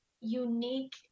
unique